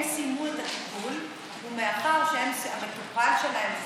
הם סיימו את הטיפול מאחר שהמטופל שלהם,